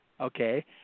Okay